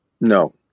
no